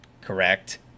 Correct